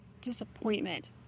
disappointment